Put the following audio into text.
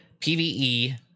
PVE